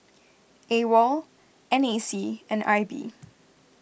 Awol N A C and I B